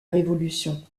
révolution